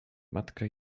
matka